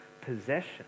possession